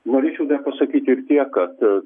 norėčiau pasakyti ir tiek kad